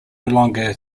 longer